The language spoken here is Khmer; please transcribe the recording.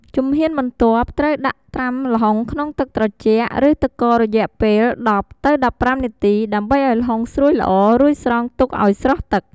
ជំហានបន្ទាប់ត្រូវដាក់ត្រាំល្ហុងក្នុងទឹកត្រជាក់ ឬទឹកកករយៈពេល ១០-១៥ នាទី ដើម្បីឲ្យល្ហុងស្រួយល្អ រួចស្រង់ទុកឲ្យស្រស់ទឹក។